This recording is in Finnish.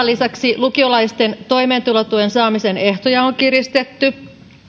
lisäksi lukiolaisten toimeentulotuen saamisen ehtoja on kiristetty ja